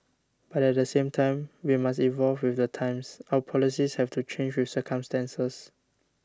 but at the same time we must evolve with the times our policies have to change with circumstances